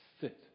Sit